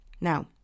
Now